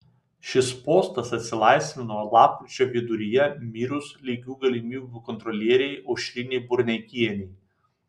šis postas atsilaisvino lapkričio viduryje mirus lygių galimybių kontrolierei aušrinei burneikienei